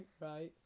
right